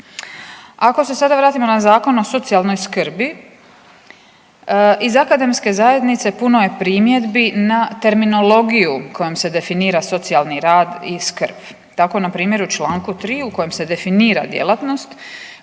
Ako se sada vratimo na Zakon akademske zajednice puno je primjedbi na terminologiju kojom se definira socijalni rad i skrb. Tako na primjer u članku 3. kojim se definira djelatnost